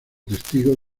testigo